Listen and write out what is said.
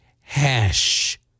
Hash